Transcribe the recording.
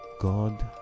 God